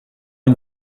une